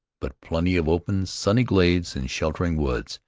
but plenty of open, sunny glades and sheltering woods,